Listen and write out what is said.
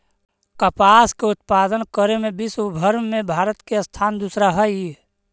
कपास के उत्पादन करे में विश्वव भर में भारत के स्थान दूसरा हइ